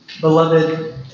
Beloved